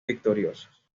victoriosos